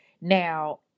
Now